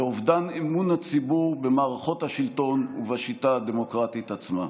של אובדן אמון הציבור במערכות השלטון ובשיטה הדמוקרטית עצמה.